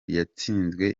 yatsinzwe